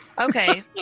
Okay